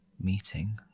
meeting